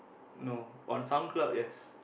no on SoundCloud yes